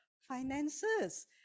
finances